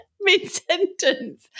mid-sentence